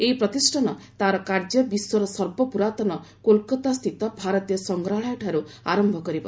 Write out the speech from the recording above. ଏହି ପ୍ରତିଷ୍ଠାନ ତା'ର କାର୍ଯ୍ୟ ବିଶ୍ୱର ସର୍ବପୁରାତନ କୋଲକାତାସ୍ଥିତ ଭାରତୀୟ ସଂଗ୍ରହାଳୟଠାରୁ ଆରମ୍ଭ କରିବ